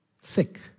sick